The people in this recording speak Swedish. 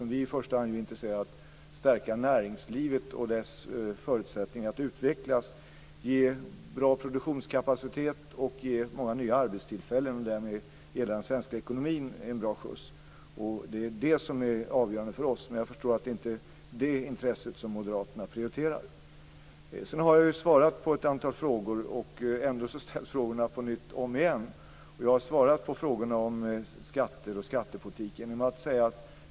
Vi är i första hand intresserade av att stärka näringslivet och dess förutsättningar att utvecklas, ge bra produktionskapacitet och ge många nya arbetstillfällen och därmed ge hela den svenska ekonomin en bra skjuts. Det är det som är avgörande för oss, men jag förstår att det är inte det intresset som moderaterna prioriterar. Jag har svarat på ett antal frågor. Ändå ställs frågorna på nytt. Jag har svarat på frågorna om skatter och skattepolitiken.